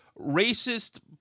racist